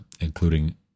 including